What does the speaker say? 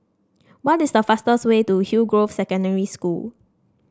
what is the fastest way to Hillgrove Secondary School